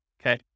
okay